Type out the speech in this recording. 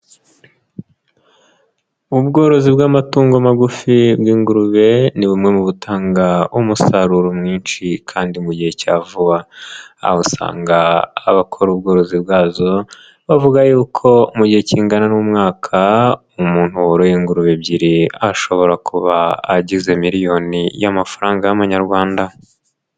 Ubworozi bw'amatungo magufi bw'ingurube, ni bumwe mu butanga umusaruro mwinshi kandi mu gihe cya vuba, aho usanga abakora ubworozi bwazo, bavuga yuko mu gihe kingana n'umwaka, umuntu woroye ingurube ebyiri, ashobora kuba agize miriyoni, y'amafaranga y'amanyarwanda.